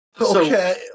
Okay